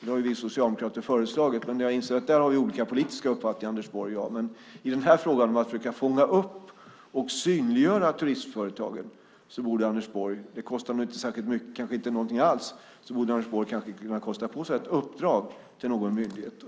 Det har vi socialdemokrater föreslagit, men jag inser att vi där har olika politiska uppfattningar, Anders Borg och jag. Men i den här frågan om att försöka fånga upp och synliggöra turistföretagen borde Anders Borg - det kostar nog inte särskilt mycket, och kanske inte någonting alls - kanske kunna kosta på sig ett uppdrag till någon myndighet.